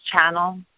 channel